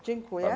Dziękuję.